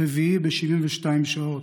הרביעי ב-72 שעות,